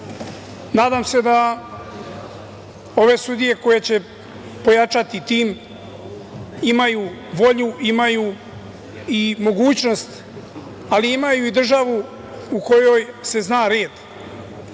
se da ove sudije koje će pojačati tim imaju volju, imaju mogućnost, ali imaju i državu u kojoj se zna red.